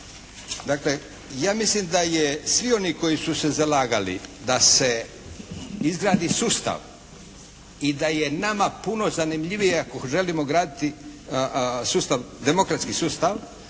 Dakle, ja mislim da je, svi oni koji su se zalagali da se izgradi sustav i da je nama puno zanimljivije ako želimo graditi sustav, demokratski sustav